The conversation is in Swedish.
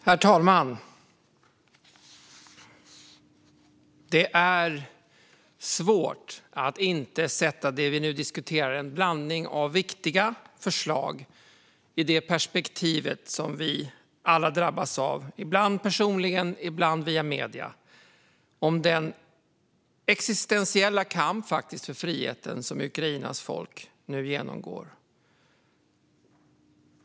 Herr talman! Det är svårt att inte sätta det vi nu diskuterar - en blandning av viktiga förslag - i det perspektiv som vi alla drabbas av, ibland personligen, ibland via medierna, när det gäller den existentiella kamp för frihet som Ukrainas folk nu genomgår.